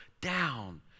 down